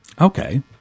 Okay